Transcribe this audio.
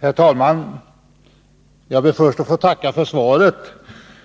Herr talman! Jag ber till att börja med att få tacka för svaret,